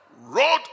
wrote